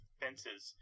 fences